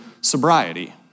sobriety